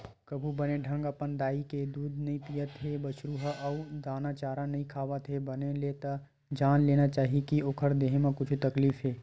कभू बने ढंग अपन दाई के दूद नइ पियत हे बछरु ह अउ दाना चारा नइ खावत हे बने ले त जान लेना चाही के ओखर देहे म कुछु तकलीफ हे